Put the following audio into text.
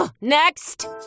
Next